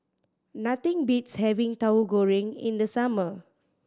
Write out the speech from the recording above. nothing beats having Tauhu Goreng in the summer